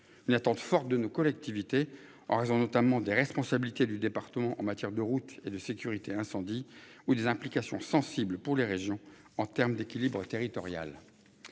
Une attente forte de nos collectivités, en raison notamment des responsabilités du département en matière de route et de sécurité incendie ou des implications sensible pour les régions en termes d'équilibre territorial.